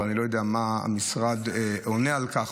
ואני לא יודע מה המשרד עונה על כך,